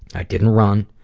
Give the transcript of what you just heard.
i didn't run,